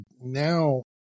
now